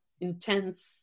intense